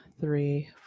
three